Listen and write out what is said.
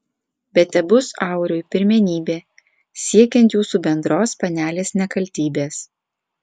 bet tebus auriui pirmenybė siekiant jūsų bendros panelės nekaltybės